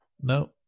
No